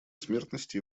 смертности